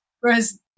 Whereas